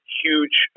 huge